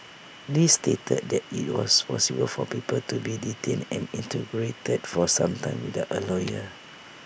li stated that IT was possible for people to be detained and interrogated for some time without A lawyer